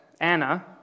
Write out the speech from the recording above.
Anna